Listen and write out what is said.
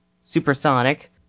supersonic